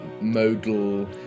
modal